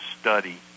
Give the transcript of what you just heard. study